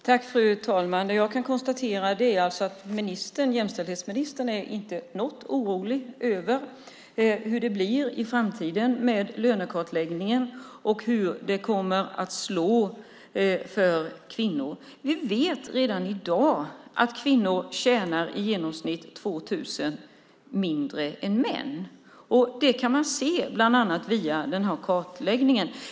Fru talman! Jag kan konstatera att jämställdhetsministern inte alls är orolig för hur det i framtiden blir med lönekartläggningen och hur det här kommer att slå för kvinnor. Men redan i dag vet vi att kvinnor i genomsnitt tjänar 2 000 kronor mindre än män. Det kan man se bland annat via den kartläggning som görs.